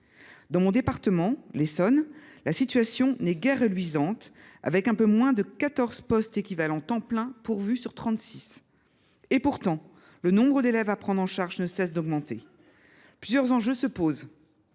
Dans le département de l’Essonne, la situation n’est guère reluisante, avec un peu moins de 14 postes en équivalent temps plein (ETP) pourvus sur 36, alors que le nombre d’élèves à prendre en charge ne cesse d’augmenter ! Plusieurs enjeux doivent